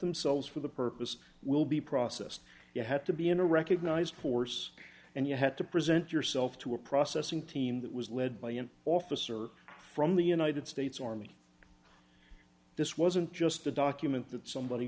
themselves for the purpose will be processed you have to be in a recognized force and you had to present yourself to a processing team that was led by an officer from the united states army this wasn't just a document that somebody